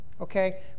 Okay